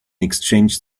exchanged